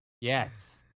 yes